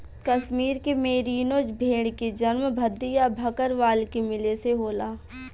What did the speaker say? कश्मीर के मेरीनो भेड़ के जन्म भद्दी आ भकरवाल के मिले से होला